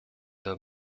the